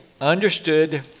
understood